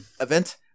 event